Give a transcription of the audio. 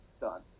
Done